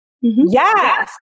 Yes